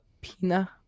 Pina